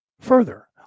further